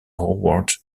award